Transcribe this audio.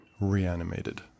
reanimated